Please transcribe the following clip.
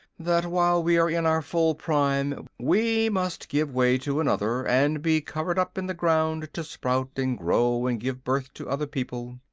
that while we are in our full prime we must give way to another, and be covered up in the ground to sprout and grow and give birth to other people.